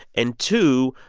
and two,